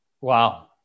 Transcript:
Wow